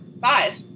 five